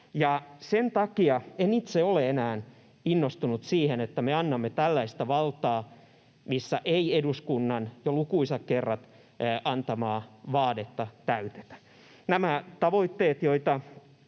sen takia en itse ole enää innostunut siitä, että me annamme tällaista valtaa, missä ei eduskunnan jo lukuisat kerrat antamaa vaadetta täytetä. Nämä tavoitteet, joita